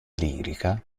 lirica